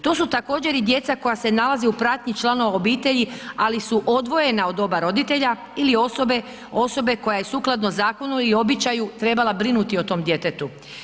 To su također i djeca koja se nalaze u pratnji članova obitelji, ali su odvojena od oba roditelja ili osobe, osobe koja je sukladno zakonu i običaju trebala brinuti o tom djetetu.